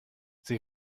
sie